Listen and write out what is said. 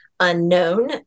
unknown